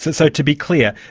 so, to be clear,